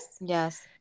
Yes